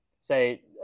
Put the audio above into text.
say